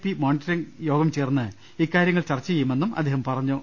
P monitoring യോഗം ചേർന്ന് ഇക്കാര്യ ങ്ങൾ ചർച്ചചെയ്യുമെന്നും അദ്ദേഹം പറഞ്ഞു